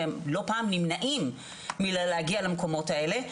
והם לא פעם נמנעים מלהגיע למקומות האלה.